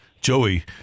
Joey